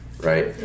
Right